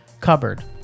cupboard